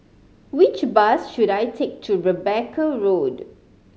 which bus should I take to Rebecca Road